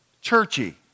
churchy